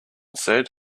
said